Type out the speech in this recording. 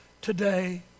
today